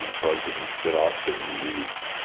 and drugs that i've that i've certainly used.